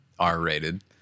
R-rated